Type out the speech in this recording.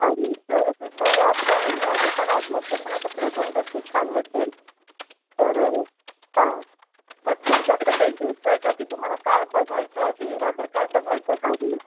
आणि प्ले तिथलं आता एन हे पण ॲटमॉस्फियर पण असं प्लेझंट असतं छान वाटेल तर हां मग तुमच्याकडे काही लिस्ट आहे का की तुम्हाला काय बघायचं आहे रादर काय बघायचं नाही